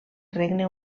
regne